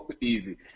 Easy